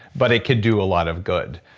but it could do a lot of good.